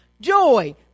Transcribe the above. joy